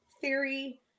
theory